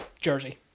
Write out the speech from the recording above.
jersey